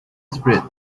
spirit